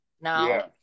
Now